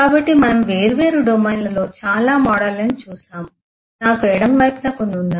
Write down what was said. కాబట్టి మనము వేర్వేరు డొమైన్లలో చాలా మోడళ్లను చూశాము నాకు ఎడమ వైపున ఉన్నాయి